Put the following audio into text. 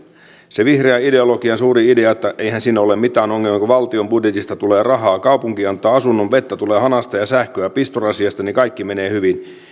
se vihreän ideologian suuri idea että eihän siinä ole mitään ongelmaa että kun valtion budjetista tulee rahaa kaupunki antaa asunnon vettä tulee hanasta ja sähköä pistorasiasta niin kaikki menee hyvin